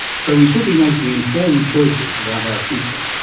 so we should be making informed choices about our future.